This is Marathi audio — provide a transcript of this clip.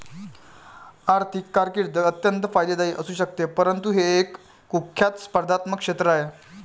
आर्थिक कारकीर्द अत्यंत फायद्याची असू शकते परंतु हे एक कुख्यात स्पर्धात्मक क्षेत्र आहे